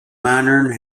monitoring